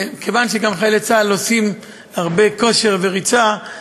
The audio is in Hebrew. כיוון שגם חיילי צה"ל עושים הרבה כושר וריצה,